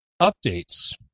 updates